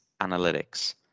analytics